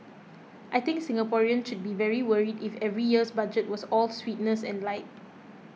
I think Singaporeans should be very worried if every year's budget was all sweetness and light